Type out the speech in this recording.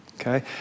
okay